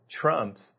trumps